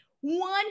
One